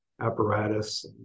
apparatus